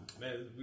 Man